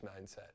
mindset